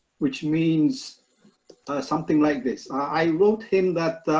which means something like this. i wrote him that,